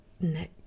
neck